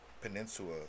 Peninsula